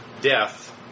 death